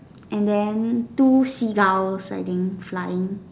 and then two Seagulls I think flying